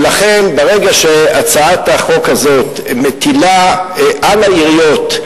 ולכן, ברגע שהצעת החוק הזאת מטילה על העיריות,